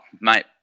mate